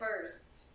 first